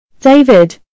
David